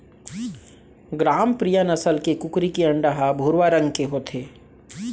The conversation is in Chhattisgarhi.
ग्रामप्रिया नसल के कुकरी के अंडा ह भुरवा रंग के होथे